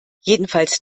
jedenfalls